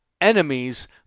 enemies